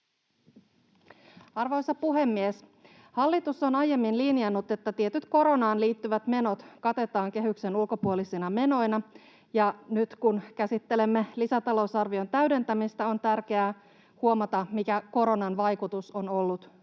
Arvoisa puhemies! Hallitus on aiemmin linjannut, että tietyt koronaan liittyvät menot katetaan kehyksen ulkopuolisina menoina, ja nyt kun käsittelemme lisätalousarvion täydentämistä, on tärkeää huomata, mikä koronan vaikutus on ollut myös